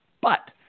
But-